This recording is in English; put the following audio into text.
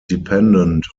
dependent